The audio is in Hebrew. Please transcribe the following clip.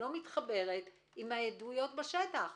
לא מתחברת עם העדויות בשטח.